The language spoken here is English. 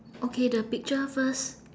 okay the picture first